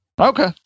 Okay